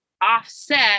offset